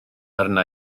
arna